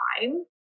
time